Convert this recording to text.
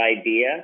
idea